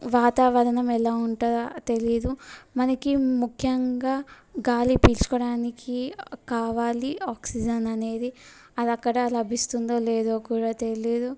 వాతావరణం ఎలా ఉంటుందో తెలియదు మనకి ముఖ్యంగా గాలి పీల్చుకోవడానికి కావాలి ఆక్సిజన్ అనేది అది అక్కడ లభిస్తుందో లేదో కూడా తెలియదు